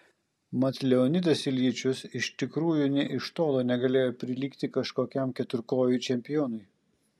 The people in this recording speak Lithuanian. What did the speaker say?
mat leonidas iljičius iš tikrųjų nė iš tolo negalėjo prilygti kažkokiam keturkojui čempionui